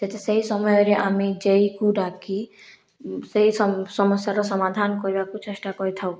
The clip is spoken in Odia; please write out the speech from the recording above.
ଯେତେ ସେହି ସମୟରେ ଆମେ ଜେଇକୁ ଡାକି ସେହି ସମସ୍ୟାର ସମାଧାନ କରିବାକୁ ଚେଷ୍ଟା କରିଥାଉ